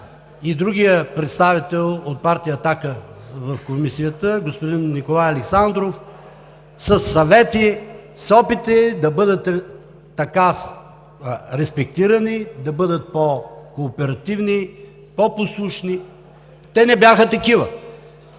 и другият представител от партия „Атака“ – господин Николай Александров, със съвети, с опити да бъдат респектирани, да бъдат по-кооперативни, по послушни, те не бяха такива,